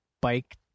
bike